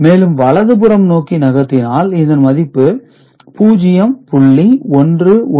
மேலும் வலது புறம் நோக்கி நகர்த்தினால் இதன் மதிப்பு 0